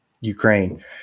Ukraine